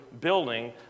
building